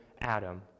Adam